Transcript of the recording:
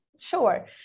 Sure